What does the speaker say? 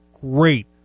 great